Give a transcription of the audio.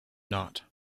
not